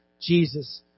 Jesus